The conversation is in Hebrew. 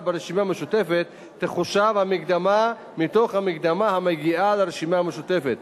ברשימה משותפת תחושב המקדמה מתוך המקדמה המגיעה לרשימה המשותפת.